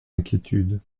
inquiétudes